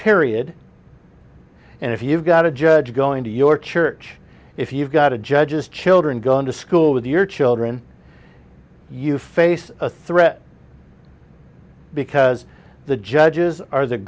period and if you've got a judge going to your church if you've got a judge's children going to school with your children you face a threat because the judges are the